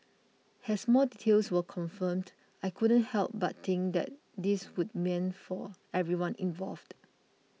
as more details were confirmed I couldn't help but think that this would mean for everyone involved